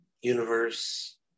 universe